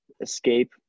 escape